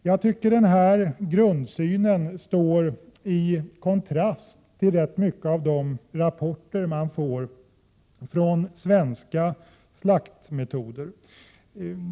Jag tycker att denna grundsyn står i kontrast till många rapporter om svenska slaktmetoder.